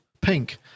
Pink